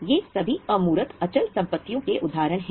ये सभी अमूर्त अचल संपत्तियों के उदाहरण हैं